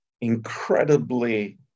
incredibly